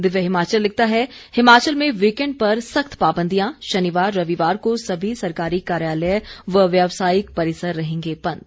दिव्य हिमाचल लिखता है हिमाचल में वीकेंड पर सख्त पाबंदियां शनिवार रविवार को सभी सरकारी कार्यालय व व्यवसायिक परिसर रहेंगे बंद